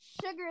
Sugar